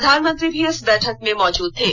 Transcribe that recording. प्रधानमंत्री भी इस बैठक में मौजूद थे